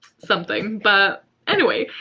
something. but anyway,